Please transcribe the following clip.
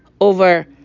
over